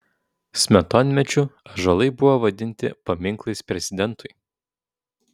smetonmečiu ąžuolai buvo vadinti paminklais prezidentui